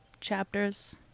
chapters